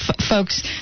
folks